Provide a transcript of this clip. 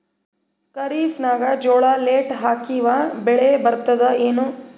ಖರೀಫ್ ನಾಗ ಜೋಳ ಲೇಟ್ ಹಾಕಿವ ಬೆಳೆ ಬರತದ ಏನು?